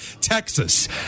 Texas